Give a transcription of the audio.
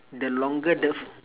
the longer the ph~